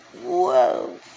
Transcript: whoa